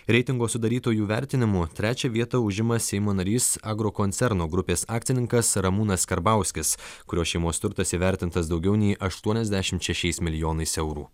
reitingo sudarytojų vertinimu trečią vietą užima seimo narys agrokoncerno grupės akcininkas ramūnas karbauskis kurios šeimos turtas įvertintas daugiau nei aštuoniasdešimt šešias milijonais eurų